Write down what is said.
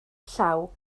llaw